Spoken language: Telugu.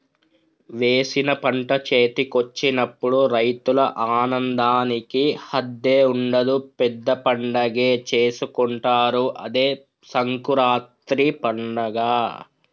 వేసిన పంట చేతికొచ్చినప్పుడు రైతుల ఆనందానికి హద్దే ఉండదు పెద్ద పండగే చేసుకుంటారు అదే సంకురాత్రి పండగ